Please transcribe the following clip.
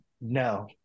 no